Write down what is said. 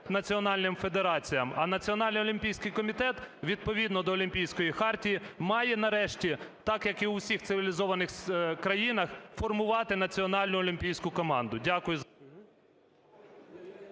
національним федераціям. А Національний олімпійський комітет відповідно до Олімпійської хартії має нарешті, так, як і у всіх цивілізованих країнах, формувати національну олімпійську команду. Дякую